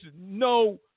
No